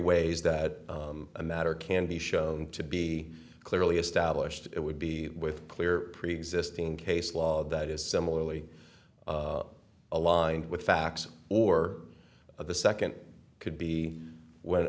ways that a matter can be shown to be clearly established it would be with clear preexisting case law that is similarly aligned with facts or the second could be w